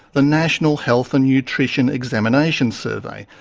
the national health and nutrition examination survey,